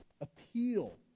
Appeal